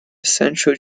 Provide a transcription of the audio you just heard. central